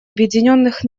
объединенных